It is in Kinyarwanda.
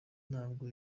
ntabwo